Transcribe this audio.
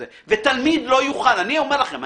ותלמיד לא יוכל אני אומר לכם,